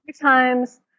times